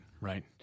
right